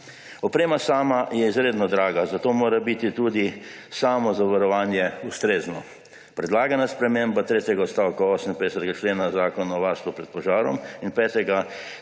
Oprema sama je izredno draga, zato mora biti tudi samo zavarovanje ustrezno. Predlagana sprememba tretjega odstavka 58. člena Zakona o varstvu pred požarom in 5. člena